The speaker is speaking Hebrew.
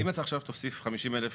אם אתה עכשיו תוסיף 50,000